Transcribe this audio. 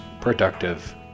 productive